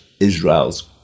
Israel's